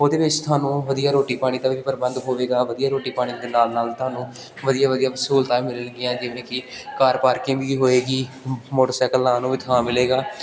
ਉਹਦੇ ਵਿੱਚ ਤੁਹਾਨੂੰ ਵਧੀਆ ਰੋਟੀ ਪਾਣੀ ਦਾ ਵੀ ਪ੍ਰਬੰਧ ਹੋਵੇਗਾ ਵਧੀਆ ਰੋਟੀ ਪਾਣੀ ਦੇ ਨਾਲ ਨਾਲ ਤੁਹਾਨੂੰ ਵਧੀਆ ਵਧੀਆ ਸਹੂਲਤਾਂ ਵੀ ਮਿਲਣਗੀਆਂ ਜਿਵੇਂ ਕਿ ਕਾਰ ਪਾਰਕਿੰਗ ਵੀ ਹੋਏਗੀ ਮੋਟਰਸਾਈਕਲ ਲਾਉਣ ਨੂੰ ਵੀ ਥਾਂ ਮਿਲੇਗਾ